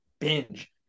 binge